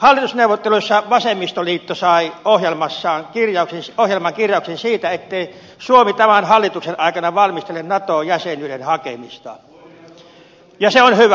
hallitusneuvotteluissa vasemmistoliitto sai ohjelmakirjauksen siitä ettei suomi tämän hallituksen aikana valmistele nato jäsenyyden hakemista ja se on hyvä